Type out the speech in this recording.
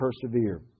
persevere